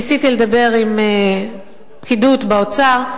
ניסיתי לדבר עם הפקידות באוצר,